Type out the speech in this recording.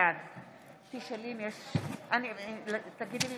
בעד תחזרי בבקשה על השמות של הח"כים שלא